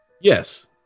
Yes